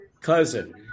cousin